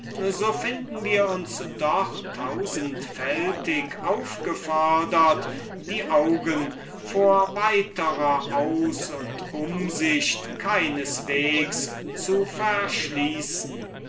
so finden wir uns doch tausendfältig aufgefordert die augen vor weiterer aus und umsicht keineswegs zu verschließen